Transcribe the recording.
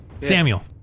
Samuel